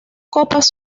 copas